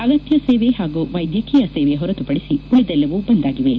ಅಗತ್ಯ ಸೇವೆ ಹಾಗೂ ವೈದ್ಯಕೀಯ ಸೇವೆ ಹೊರತು ಪಡಿಸಿ ಉಳಿದೆಲ್ಲವೂ ಬಂದ್ ಆಗಿವೆ